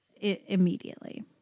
immediately